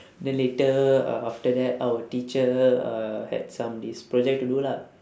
then later uh after that our teacher uh had some this project to do lah